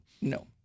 no